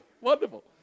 Wonderful